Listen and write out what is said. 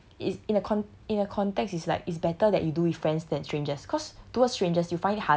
that's why I feel like it's in a con~ in a context is like it's better that you do with friends than strangers cause